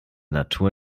natur